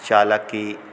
चालक की